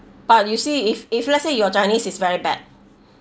but you see if if let's say your chinese is very bad